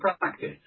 practice